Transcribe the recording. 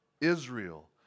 Israel